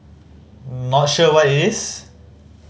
not sure what it is